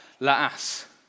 la'as